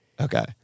Okay